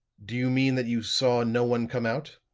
do you mean that you saw no one come out?